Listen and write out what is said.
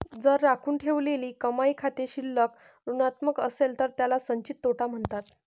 जर राखून ठेवलेली कमाई खाते शिल्लक ऋणात्मक असेल तर त्याला संचित तोटा म्हणतात